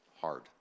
hard